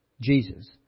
Jesus